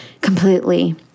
completely